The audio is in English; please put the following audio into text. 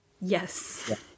Yes